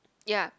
ya